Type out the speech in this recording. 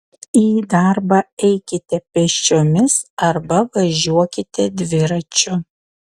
į darbą eikite pėsčiomis arba važiuokite dviračiu